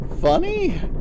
funny